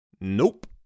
Nope